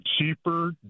cheaper